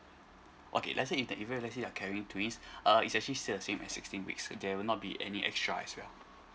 okay let's say if the event let's say if you are carrying twins it's actually still the same as sixteen weeks there will not be any extra as well